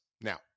now